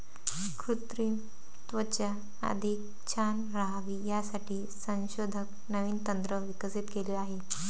कृत्रिम त्वचा अधिक छान राहावी यासाठी संशोधक नवीन तंत्र विकसित केले आहे